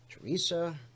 Teresa